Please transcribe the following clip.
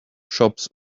shops